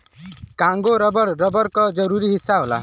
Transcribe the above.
Congo rubber, rubber क जरूरी हिस्सा होला